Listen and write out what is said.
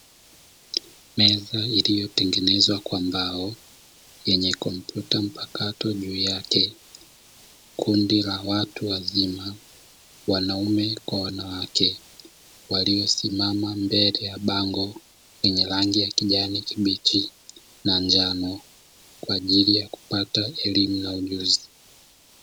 Meza ilyotengenezwa kwa mbao yenye kompyuta mpakato juu yake, kundi la watu wazima wanaume kwa wanawake waliosimama mbele ya bango lenye rangi ya kijani kibichi, na njano kwa ajili ya kupata elimu na ujuzi.